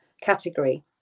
category